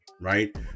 right